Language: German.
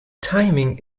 timing